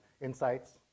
insights